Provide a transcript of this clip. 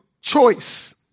choice